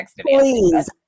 please